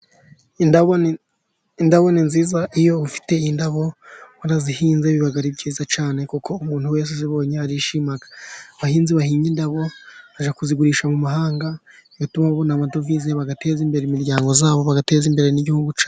Indabo ni nziza. Iyo ufite indabo warazihinze biba ari byiza cyane kuko umuntu wese uzibonye arishima. Abahinzi bahinga indabo bajya kuzigurisha mu mahanga, bigatuma babona amadovize bagateza imbere imiryango yabo, bagateza imbere n'igihugu cyacu.